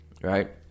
right